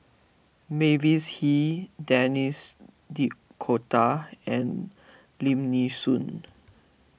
Mavis Hee Denis D'Cotta and Lim Nee Soon